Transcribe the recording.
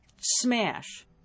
smash